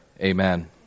amen